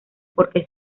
porque